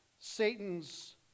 Satan's